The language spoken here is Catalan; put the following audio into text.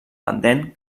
pendent